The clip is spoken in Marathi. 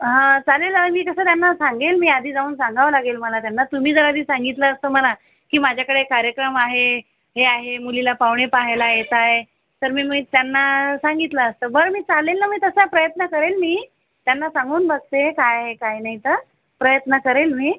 हा चालेल ना मी कसं त्यांना सांगेन मी आधी जाऊन सांगावं लागेल मला त्यांना तुम्ही जर आधी सांगितलं असतं मला की माझ्याकडे कार्यक्रम आहे हे आहे मुलीला पाहुणे पाहायला येताय तर मी त्यांना सांगितलं असतं बरं मी चालेल नं मी तसा प्रयत्न करेन मी त्यांना सांगून बघते काय आहे काय नाही तर प्रयत्न करेन मी